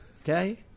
okay